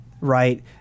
right